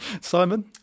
Simon